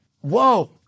Whoa